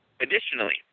Additionally